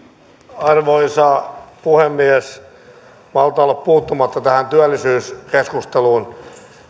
arvoisa puhemies en malta olla puuttumatta tähän työllisyyskeskusteluun